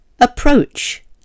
Approach